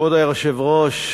כבוד היושב-ראש,